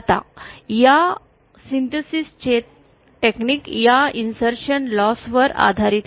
आता या सिन्थिसिस चे तंत्र या इन्सर्शन लॉस वर आधारित आहे